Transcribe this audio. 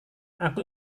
aku